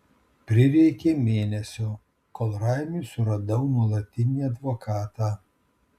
prireikė mėnesio kol raimiui suradau nuolatinį advokatą